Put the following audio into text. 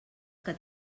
que